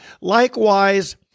Likewise